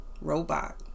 robot